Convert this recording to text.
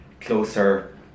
closer